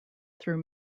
through